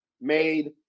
made